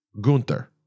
gunther